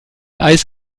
eis